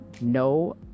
no